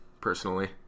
personally